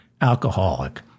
alcoholic